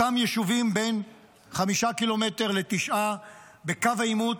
אותם יישובים בין חמישה קילומטר לתשעה בקו העימות,